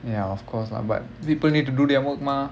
ya of course lah but people need to do their work mah